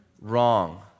Wrong